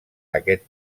aquest